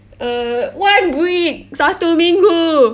err one week satu minggu